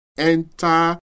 Enter